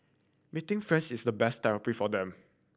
meeting friends is the best therapy for them